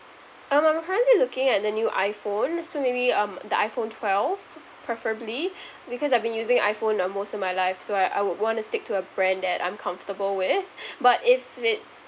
um I'm currently looking at the new iphone so maybe um the iphone twelve preferably because I've been using iphone uh most of my life so I I would want to stick to a brand that I'm comfortable with but if it's